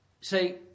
say